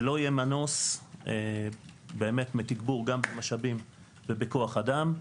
ולא יהיה מנוס באמת בתגבור גם במשאבים ובכוח אדם.